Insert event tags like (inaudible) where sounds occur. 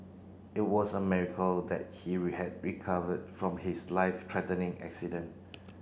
it was a miracle that he (unintelligible) recovered from his life threatening accident